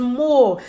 more